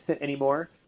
anymore